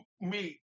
meet